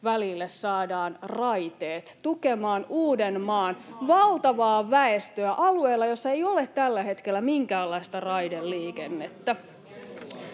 Kurvinen: On muitakin maakuntia!] valtavaa väestöä alueella, jossa ei ole tällä hetkellä minkäänlaista raideliikennettä.